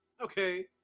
okay